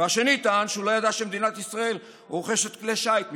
והשני טען שהוא לא ידע שמדינת ישראל רוכשת כלי שיט מטיסנקרופ?